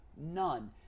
None